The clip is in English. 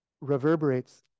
reverberates